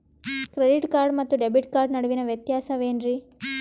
Credit card ಮತ್ತು debit card ನಡುವಿನ ವ್ಯತ್ಯಾಸ ವೇನ್ರೀ?